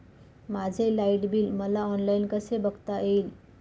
माझे light bill मला online कसे बघता येईल?